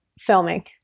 filming